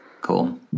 Cool